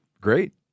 great